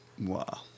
Wow